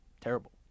terrible